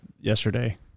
yesterday